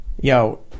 Yo